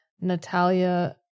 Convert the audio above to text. Natalia